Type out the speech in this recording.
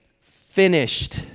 finished